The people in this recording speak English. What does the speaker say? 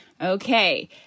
Okay